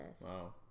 Wow